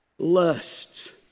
lusts